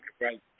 right